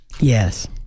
Yes